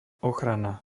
ochrana